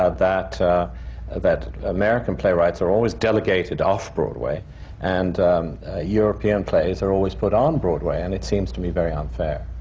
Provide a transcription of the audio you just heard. ah that that american playwrights are always delegated off-broadway and european plays are always put on broadway, and it seems to me very unfair.